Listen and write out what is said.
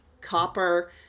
copper